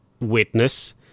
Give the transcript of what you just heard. witness